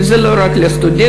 זה לא רק לסטודנטים.